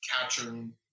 capturing